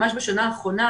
ממש בשנה האחרונה,